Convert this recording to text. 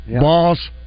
Boss